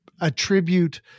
attribute